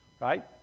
right